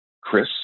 Chris